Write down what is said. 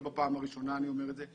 לא בפעם הראשונה אני אומר את זה.